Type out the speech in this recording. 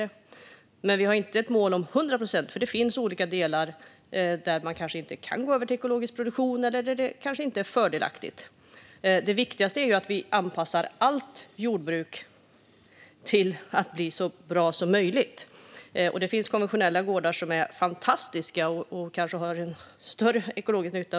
Vi har dock inte ett mål om 100 procent, för det finns delar där man inte kan gå över till ekologisk produktion eller där det inte är fördelaktigt. Det viktiga är att allt jordbruk blir så bra som möjligt, och det finns fantastiska konventionella gårdar som gör stor ekologisk nytta.